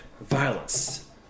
violence